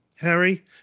Harry